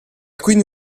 quindi